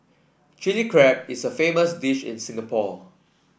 Chilli Crab is a famous dish in Singapore